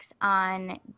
on